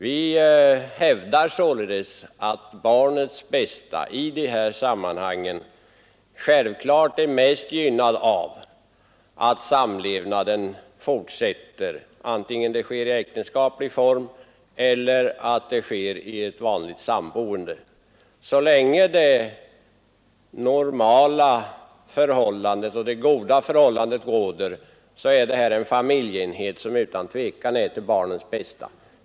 Vi hävdar att barnet i dessa sammanhang självfallet gynnas mest av att samlevnaden fortsätter, vare sig det sker i äktenskaplig form eller genom vanligt sammanboende. Så länge det råder ett normalt och gott förhållande i familjen, är denna familjeenhet utan tvivel till barnets bästa.